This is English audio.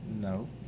No